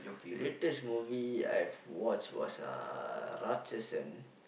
latest movie I've watched was uh Raatchasan